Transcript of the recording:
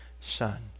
son